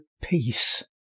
peace